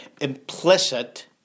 implicit